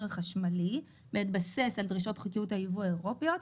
החשמלי בהתבסס על דרישות חוקיות הייבוא האירופיות,